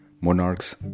monarchs